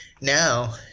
Now